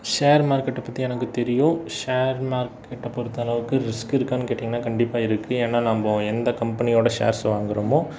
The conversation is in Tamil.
ஷேர் மார்க்கெட்டை பற்றி எனக்கு தெரியும் ஷேர் மார்க்கெட்டை பொருத்தளவுக்கு ரிஸ்க் இருக்கான்னு கேட்டீங்கன்னா கண்டிப்பாக ஏன்னா நம்ம எந்த கம்பெனியோட ஷேர்ஸ் வாங்குகிறோமோ